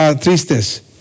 tristes